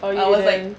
oh you didn't